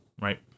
right